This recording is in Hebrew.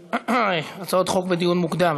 הצעות חוק לדיון מוקדם.